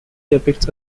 depicts